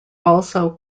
also